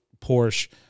Porsche